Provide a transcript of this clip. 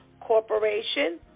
Corporation